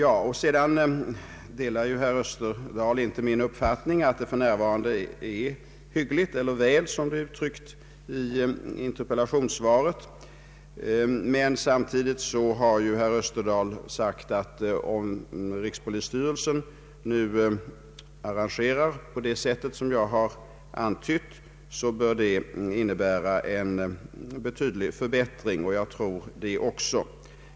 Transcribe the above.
Herr Österdahl delar inte min uppfattning att läget för närvarande är hyggligt — eller att det är väl, som det är uttryckt i = interpellationssvaret. Emellertid har herr Österdahl även sagt att om rikspolisstyrelsen nu arrangerar verksamheten på det sätt som jag har antytt så bör det innebära en betydande förbättring. Det tror jag också.